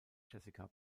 jessica